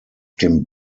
dem